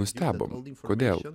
nustebom kodėl